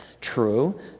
true